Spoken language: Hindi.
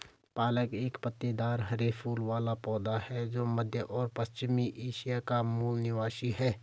पालक एक पत्तेदार हरे फूल वाला पौधा है जो मध्य और पश्चिमी एशिया का मूल निवासी है